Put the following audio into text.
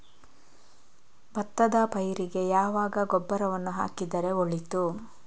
ಭತ್ತದ ಪೈರಿಗೆ ಯಾವಾಗ ಗೊಬ್ಬರವನ್ನು ಹಾಕಿದರೆ ಒಳಿತು?